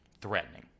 Threatening